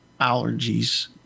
allergies